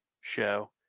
show